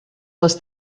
les